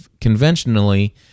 conventionally